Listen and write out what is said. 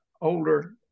older